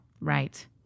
Right